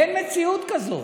אין מציאות כזאת